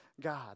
God